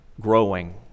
growing